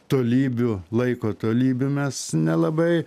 tolybių laiko tolybių mes nelabai